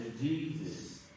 Jesus